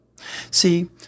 See